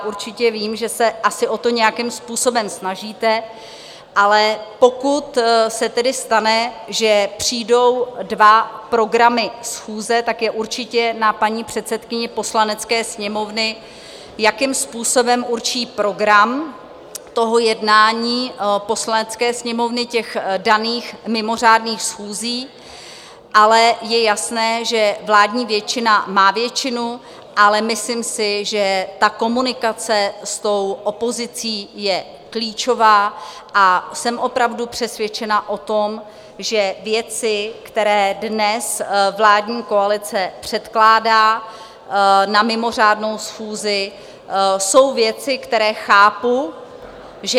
Určitě vím, že se o to nějakým způsobem snažíte, ale pokud se tedy stane, že přijdou dva programy schůze, tak je určitě na paní předsedkyni Poslanecké sněmovny, jakým způsobem určí program toho jednání Poslanecké sněmovny, těch daných mimořádných schůzí, ale je jasné, že vládní většina má většinu, ale myslím si, že ta komunikace s opozicí je klíčová, a jsem opravdu přesvědčena o tom, že věci, které dnes vládní koalice předkládá na mimořádnou schůzi, jsou věci, které chápu, že potřebují...